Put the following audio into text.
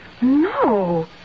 No